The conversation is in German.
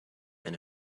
eine